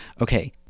okay